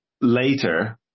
later